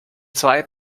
zwei